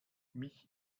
mich